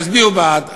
תצביעו בעד,